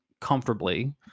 comfortably